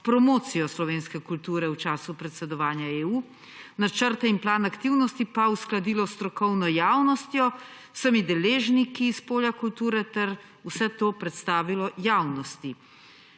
promocijo slovenske kulture v času predsedovanja EU, načrte in plan aktivnosti pa uskladilo s strokovno javnostjo, z vsemi deležniki iz polja kulture ter vse to predstavilo javnosti.